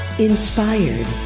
Inspired